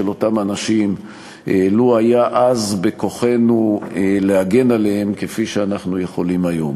אותם אנשים לו היה אז בכוחנו להגן עליהם כפי שאנחנו יכולים היום.